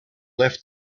left